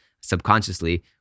subconsciously